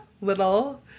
little